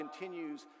continues